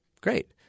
Great